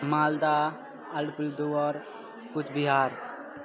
Malda Alipurduar Cooch Behar